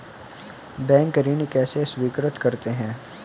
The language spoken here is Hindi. बैंक ऋण कैसे स्वीकृत करते हैं?